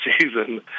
season